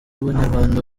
abanyarwanda